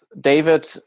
david